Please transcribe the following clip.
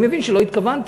אני מבין שלא התכוונת,